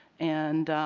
and